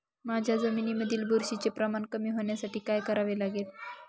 माझ्या जमिनीमधील बुरशीचे प्रमाण कमी होण्यासाठी काय करावे लागेल?